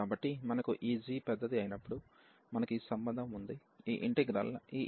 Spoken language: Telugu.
కాబట్టి మనకు ఈ g పెద్దది అయినప్పుడు మనకు ఈ సంబంధం ఉంది ఈ ఇంటిగ్రల్ ఈ